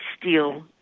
steal